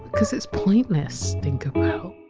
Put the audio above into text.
because it! s pointless, stinker bell!